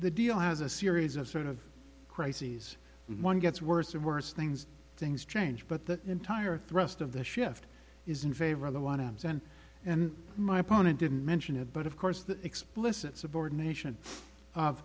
the deal has a series of sort of crises one gets worse and worse things things change but the entire thrust of the shift is in favor of the want him sent and my opponent didn't mention it but of course the explicit subord